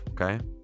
Okay